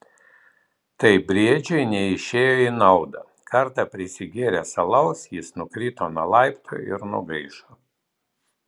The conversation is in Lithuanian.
tai briedžiui neišėjo į naudą kartą prisigėręs alaus jis nukrito nuo laiptų ir nugaišo